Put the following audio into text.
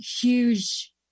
huge